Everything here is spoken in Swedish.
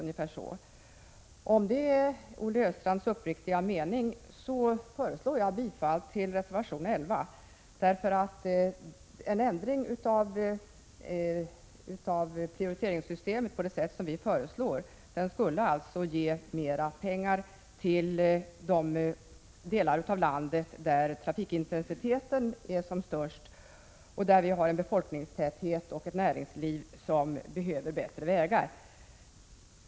Om det är Olle Östrands uppriktiga mening föreslår jag bifall till reservation 11, eftersom en ändring av prioriteringssystemet på det sätt som vi föreslår skulle ge mera pengar till de delar av landet där trafikintensiteten 65 är som störst och där vi har en sådan befolkningstäthet och ett sådant näringsliv att vi behöver bättre vägar.